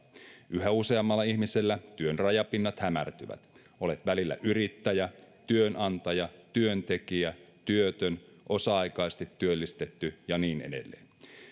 yhä useammalla ihmisellä työn rajapinnat hämärtyvät olet välillä yrittäjä työnantaja työntekijä työtön osa aikaisesti työllistetty ja niin edelleen